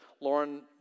Lauren